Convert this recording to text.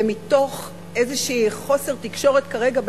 זה מתוך חוסר תקשורת כרגע,